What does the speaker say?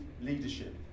leadership